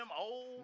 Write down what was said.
old